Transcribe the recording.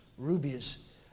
Rubies